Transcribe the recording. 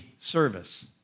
service